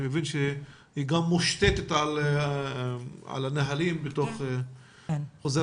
אני גם מבין שהיא מושתתת על הנהלים בחוזר